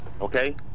Okay